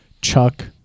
chuck